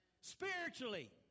Spiritually